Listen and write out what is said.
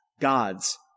God's